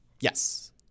Yes